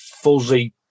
Fuzzy